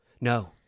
No